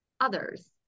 others